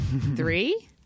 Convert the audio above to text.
three